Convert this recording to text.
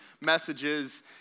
messages